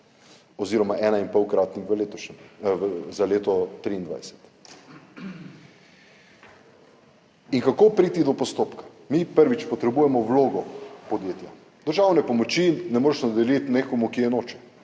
oziroma enainpolkratnik za leto 2023. In kako priti do postopka? Prvič, potrebujemo vlogo podjetja. Državne pomoči ne moreš razdeliti nekomu, ki je noče.